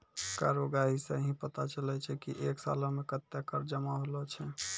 कर उगाही सं ही पता चलै छै की एक सालो मे कत्ते कर जमा होलो छै